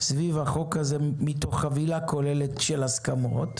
סביב החוק הזה מתוך חבילה כוללת של הסכמות.